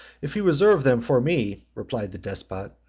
if he reserved them for me, replied the despot,